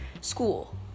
school